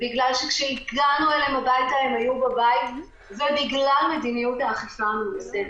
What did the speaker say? בגלל שכשהגענו אליהם הביתה הם היו בבית ובגלל מדיניות האכיפה המרוסנת.